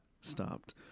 stopped